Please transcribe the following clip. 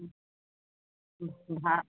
ভাল